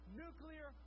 nuclear